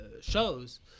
shows